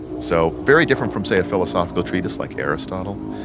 so, very different from say a philosophical treatise like aristotle,